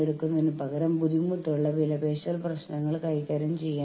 പക്ഷേ അത് വളരെ ബുദ്ധിമുട്ടുള്ള ഒരു സാഹചര്യമാണ്